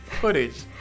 footage